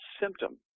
symptom